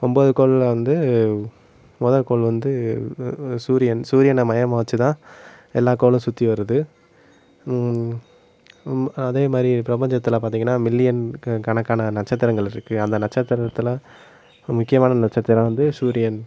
ஒன்போது கோளில் வந்து முதற்கோள் வந்து சூரியன் சூரியனை மையமாக வச்சு தான் எல்லாம் கோளும் சுற்றி வருது அதே மாதிரி பிரபஞ்சத்தில் பார்த்தீங்கனா மில்லியன் கணக்கான நட்சத்திரங்கள் இருக்குது அந்த நட்சத்திரத்தில் முக்கியமான நட்சத்திரம் வந்து சூரியன்